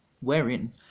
Wherein